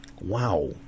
Wow